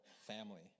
family